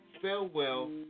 Farewell